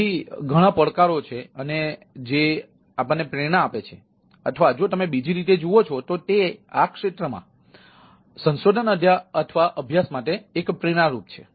તેથી ઘણા પડકારો છે અને જે પ્રેરણા આપે છે અથવા જો તમે બીજી રીતે જુઓ છો તો તે આ ક્ષેત્રમાં સંશોધન અથવા અભ્યાસ માટે પ્રેરણા છે